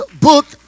book